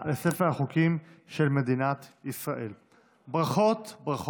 בעד, 17,